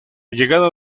llegada